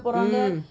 mm